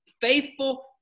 faithful